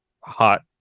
hot